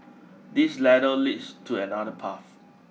this ladder leads to another path